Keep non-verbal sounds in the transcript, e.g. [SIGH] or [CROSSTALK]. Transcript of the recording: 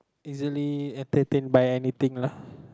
easily entertained by anything lah [BREATH]